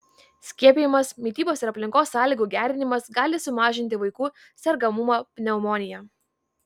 skiepijimas mitybos ir aplinkos sąlygų gerinimas gali sumažinti vaikų sergamumą pneumonija